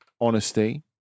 honesty